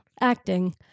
Acting